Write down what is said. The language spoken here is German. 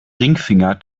ringfinger